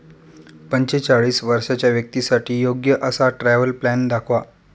पंचेचाळीस वर्षांच्या व्यक्तींसाठी योग्य असा ट्रॅव्हल प्लॅन दाखवा